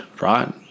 right